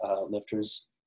lifters